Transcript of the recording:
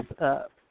up